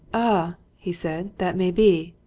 ah! he said. that may be!